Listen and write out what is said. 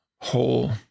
whole